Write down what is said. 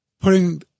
putting